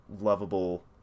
lovable